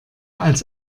als